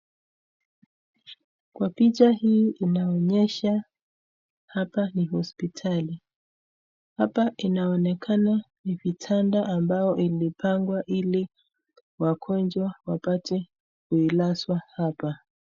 Kwa picha hii inaonyesha hapa ni hospitali, hapa inaonekana ni vitanda ambyo ilipangwa hili wagonjwa wapate kuilazwa hapa.